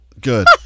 Good